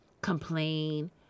Complain